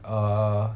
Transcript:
er